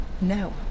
No